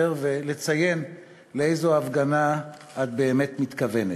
ולציין לאיזו הפגנה את באמת מתכוונת.